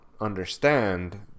understand